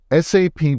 SAP